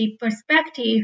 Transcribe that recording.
perspective